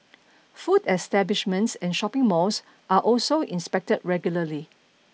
food establishments and shopping malls are also inspected regularly